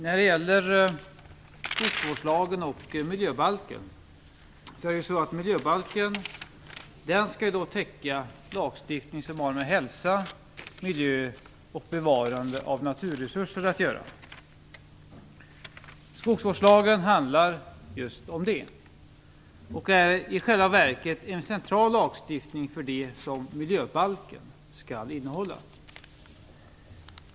Fru talman! Miljöbalken skall täcka lagstiftning som har att göra med hälsa, miljö och bevarande av naturresurser. Skogsvårdslagen handlar just om det och är i själva verket en central lagstiftning för det som miljöbalken skall innehålla.